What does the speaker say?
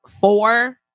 four